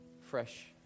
fresh